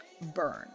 burn